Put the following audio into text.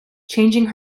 changing